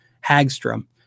Hagstrom